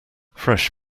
fresh